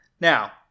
now